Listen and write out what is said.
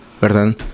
¿verdad